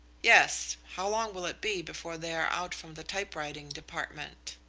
yes! how long will it be before they are out from the typewriting department?